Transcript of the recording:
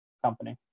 company